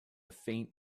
faint